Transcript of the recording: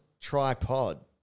Tripod